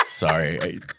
Sorry